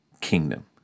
kingdom